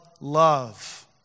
love